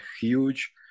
huge